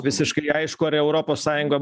visiškai aišku ar europos sąjunga